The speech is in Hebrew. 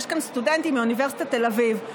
יש כאן סטודנטים מאוניברסיטת תל אביב,